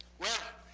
well,